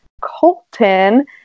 Colton